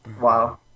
Wow